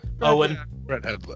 Owen